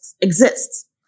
exists